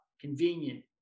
convenient